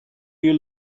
you